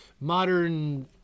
modern